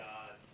God